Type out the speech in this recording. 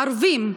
ערבים,